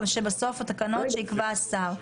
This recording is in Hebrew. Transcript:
התקנות שיקבע השר.